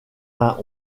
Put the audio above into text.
vingt